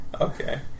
okay